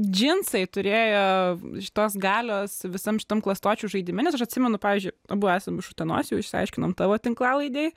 džinsai turėjo šitos galios visam šitam klastočių žaidime nes aš atsimenu pavyzdžiui abu esam iš utenos jau išsiaiškinom tavo tinklalaidėj